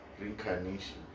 Reincarnation